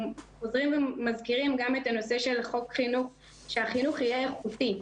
חוזרים ומזכירים גם את הנושא שהחינוך יהיה איכותי,